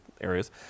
areas